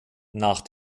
nach